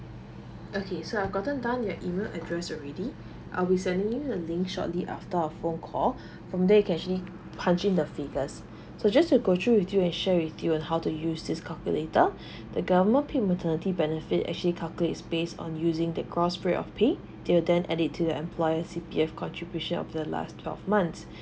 okay so I've gotten down your email address already I will sending you the link shortly after our phone call from there you can actually punch in the figures so just to go through with you and share with you and how to use this calculator the government paid maternity benefit actually calculate base on using the gross rate of pay till then add it to the employer C_P_F contribution on the last twelve months